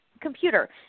computer